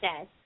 says